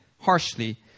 harshly